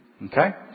Okay